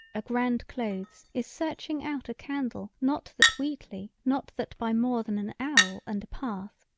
a grand clothes is searching out a candle not that wheatly not that by more than an owl and a path.